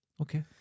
Okay